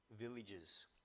villages